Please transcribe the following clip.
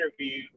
interview